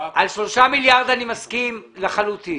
על 3 מיליארד אני מסכים לחלוטין.